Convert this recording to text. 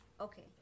okay